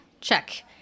check